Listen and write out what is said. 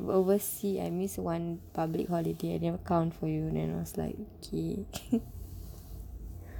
oversee I missed one public holiday I never count for you then I was like okay